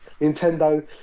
Nintendo